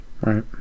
Right